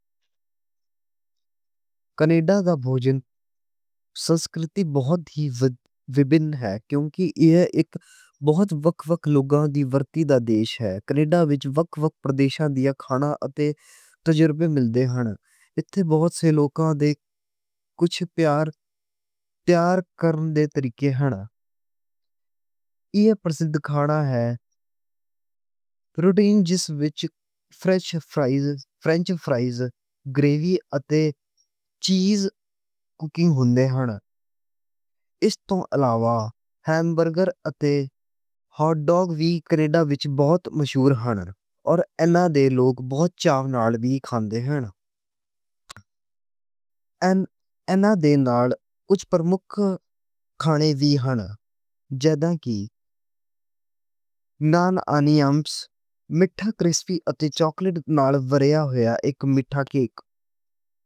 کینیڈا دی بھوجن سنسکرتی بہت ہی وِبھِنّ ہے۔ کیونکہ یہ ایک بہت وکھ وکھ لوکاں دا دیش ہے۔ کینیڈا وچ وکھ وکھ پردیشاں دیاں کھانیاں اتے تجربے ملدے ہن۔ اتھے بہت لوکاں دے کُجھ پیار تیار کرن دے طریقے ہن۔ یہ پرسدھ کھانا ہے پوٹین۔ جس وچ فرینچ فرائیز، گریوی اتے چیز ہندے ہن۔ اس توں علاوہ ہیمبرگر اتے ہاٹ ڈاگ وی کینیڈا وچ بہت مشہور ہن۔ اتے اناں دے لوک بہت چاہ نال وی کھاندے ہن۔ اتے اناں دے کجھ پرمُکھ کھانے وی ہن۔ جیویں کہ نانائمو بارز، کرسپی اتے چاکلیٹ نال لےئرز والا اک مِٹھا کیک۔